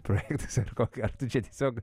projektas ar ko ar tu čia tiesiog